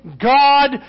God